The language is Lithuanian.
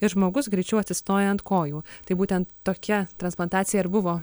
ir žmogus greičiau atsistoja ant kojų tai būtent tokia transplantacija ir buvo